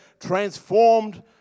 transformed